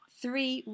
three